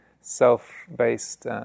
self-based